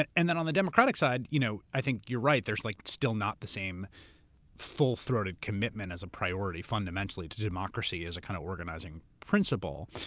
and and then on the democratic side, you know i think you're right, there's like still not the same full throated commitment as a priority fundamentally to democracy as a kind of organizing principle.